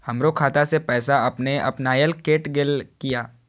हमरो खाता से पैसा अपने अपनायल केट गेल किया?